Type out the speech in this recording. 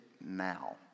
now